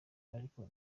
ariko